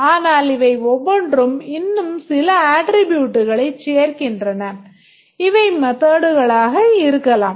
ஆனால் இவை ஒவ்வொன்றும் இன்னும் சில attributeகளைச் சேர்க்கின்றன இவை methodகளாக இருக்கலாம்